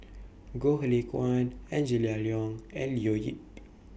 Goh Lay Kuan Angela Liong and Leo Yip